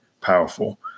powerful